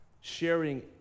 Sharing